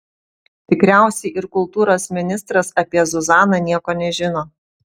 tikriausiai ir kultūros ministras apie zuzaną nieko nežino